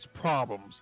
problems